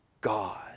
God